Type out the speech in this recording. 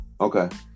Okay